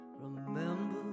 remember